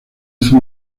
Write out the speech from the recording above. hizo